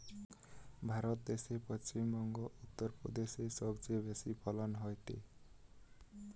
ভারত দ্যাশে পশ্চিম বংগো, উত্তর প্রদেশে সবচেয়ে বেশি ফলন হয়টে